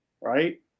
right